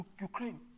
Ukraine